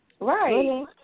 Right